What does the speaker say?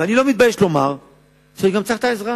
ואני לא מתבייש לומר שאני גם צריך את העזרה.